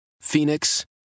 Phoenix